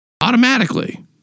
automatically